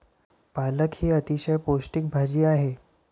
पालक ही अतिशय पौष्टिक भाजी आहे